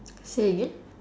say again